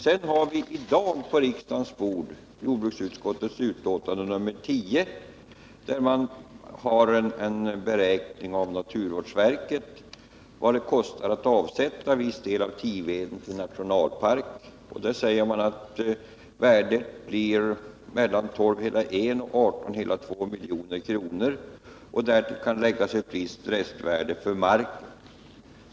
I dag har vi på riksdagens bord jordbruksutskottets betänkande nr 10, där man återger en beräkning från naturvårdsverket av vad det kostar att avsätta viss del av Tiveden till nationalpark. Man säger där att värdet blir mellan 12,1 och 18,2 milj.kr. Därtill kan läggas ett visst restvärde för marken.